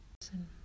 listen